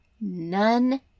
none